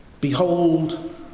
Behold